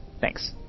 Thanks